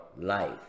life